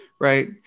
Right